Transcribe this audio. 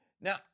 Now